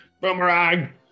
Boomerang